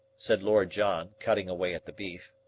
said lord john, cutting away at the beef.